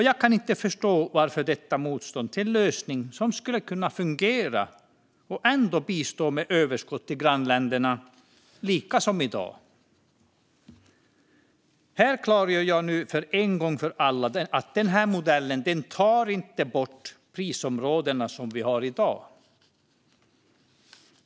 Jag kan inte förstå detta motstånd mot en lösning som skulle kunna fungera och ändå bistå med överskott till grannländerna precis som i dag. Här klargör jag nu en gång för alla att denna modell inte tar bort de prisområden som vi har i dag.